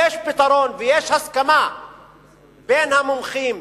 יש פתרון ויש הסכמה בין המומחים,